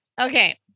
Okay